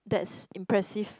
that's impressive